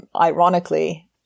ironically